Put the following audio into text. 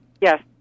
Yes